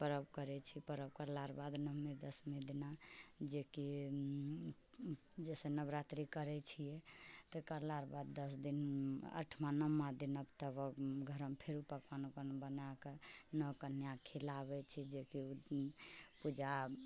पर्व करै छै पर्व करलाके बाद नवमी दशमी दिना जेकि जइसे नवरात्रि करै छियै तऽ करलाके बाद दस दिन आठवाँ नवमा दिना तब घरमे फेर पकवान वकवान बनाकऽ नओ कन्याके खिलावै छी जेकि पूजा